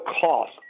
cost